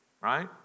right